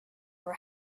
were